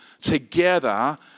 Together